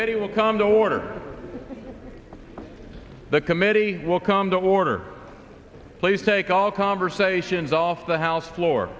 he will come to order the committee will come to order place take all conversations off the house floor